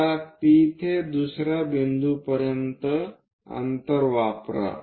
आता P ते दुसर्या बिंदूपर्यंत अंतर वापरा